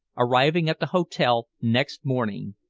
arriving at the hotel next morning.